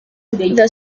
the